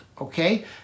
okay